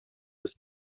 sus